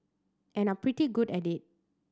and are pretty good at it